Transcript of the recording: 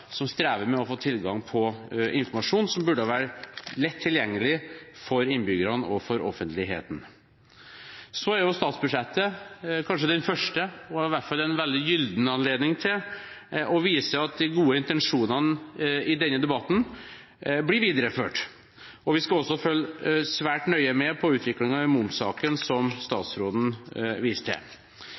som strever med å få tilgang på informasjon som burde ha vært lett tilgjengelig for innbyggerne og for offentligheten. Så er statsbudsjettet kanskje den første – i hvert fall en veldig gyllen – anledning til å vise at de gode intensjonene i denne debatten blir videreført. Vi skal også følge svært nøye med på utviklingen i momssaken, som statsråden viste til.